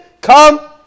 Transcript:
come